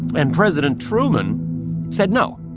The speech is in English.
and president truman said, no,